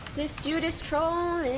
this dude is trollin